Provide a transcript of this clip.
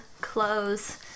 clothes